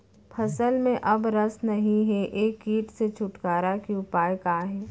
फसल में अब रस नही हे ये किट से छुटकारा के उपाय का हे?